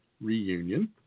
reunion